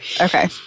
Okay